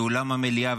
לאולם המליאה,